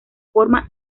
forma